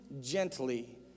gently